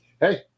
Hey